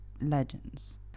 legends